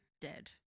dead